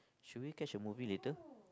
should we catch a movie later